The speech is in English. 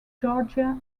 georgia